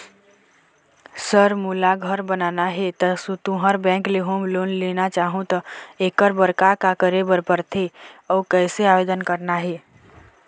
Sir मोला घर बनाना हे ता तुंहर बैंक ले होम लोन लेना चाहूँ ता एकर बर का का करे बर पड़थे अउ कइसे आवेदन करना हे?